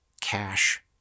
cash